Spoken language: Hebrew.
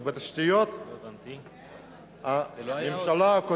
ובתשתיות הממשלה,